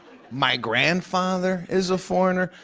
my grandfather is a foreigner.